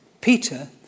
Peter